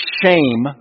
shame